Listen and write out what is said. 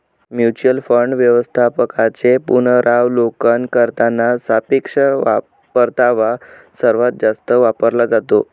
mutual fund व्यवस्थापकांचे पुनरावलोकन करताना सापेक्ष परतावा सर्वात जास्त वापरला जातो